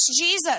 Jesus